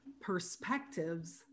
perspectives